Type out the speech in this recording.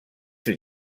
will